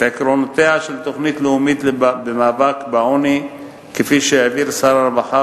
את עקרונותיה של התוכנית הלאומית למאבק בעוני כפי שהעביר שר הרווחה